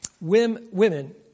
Women